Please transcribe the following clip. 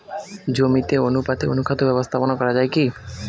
জমিতে অনুপাতে অনুখাদ্য ব্যবস্থাপনা করা য়ায় কি?